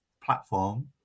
platform